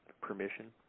permission